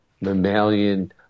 mammalian